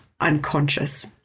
unconscious